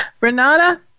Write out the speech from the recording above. Renata